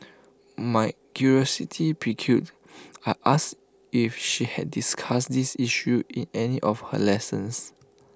my curiosity piqued I asked if she had discussed this issue in any of her lessons